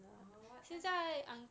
oh what time